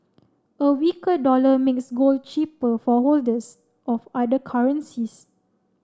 a weaker dollar makes gold cheaper for holders of other currencies